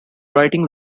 writing